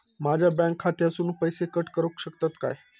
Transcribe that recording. माझ्या बँक खात्यासून पैसे कट करुक शकतात काय?